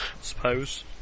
Suppose